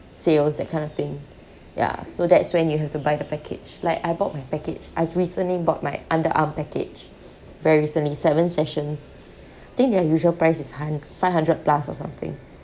sales that kind of thing ya so that's when you have to buy the package like I bought my package I've recently bought my underarm package very recently seven sessions I think their usual price is hun~ five hundred plus or something